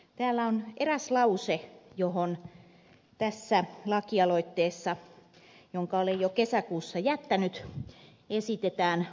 täällä on eräs lause johon tässä lakialoitteessa jonka olen jo kesäkuussa jättänyt esitetään muutosta